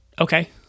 Okay